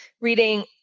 reading